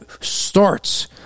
starts